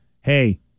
hey